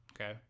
okay